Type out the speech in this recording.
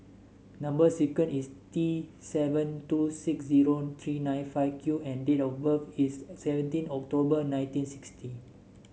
number sequence is T seven two six zero three nine five Q and date of birth is seventeen October nineteen sixty